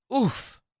Oof